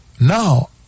Now